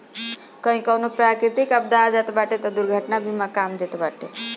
कही कवनो प्राकृतिक आपदा आ जात बाटे तअ दुर्घटना बीमा काम देत बाटे